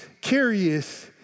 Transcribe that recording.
curious